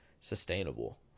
sustainable